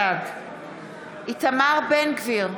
בעד איתמר בן גביר,